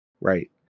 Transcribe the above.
right